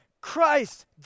Christ